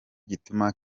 gituma